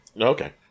Okay